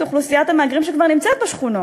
אוכלוסיית המהגרים שכבר נמצאת בשכונות?